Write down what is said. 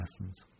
lessons